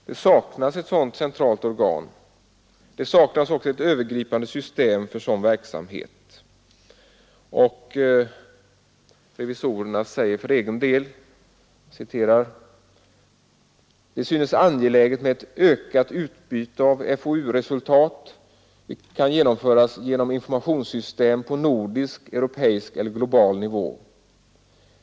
Det saknas ett sådant centralt organ, och det saknas också ett övergripande system för sådan verksamhet. Revisorerna säger för egen del: ”Det synes angeläget med ett ökat utbyte av FOU-resultat, vilket kan genomföras genom informationssystem på nordisk, europeisk eller global nivå.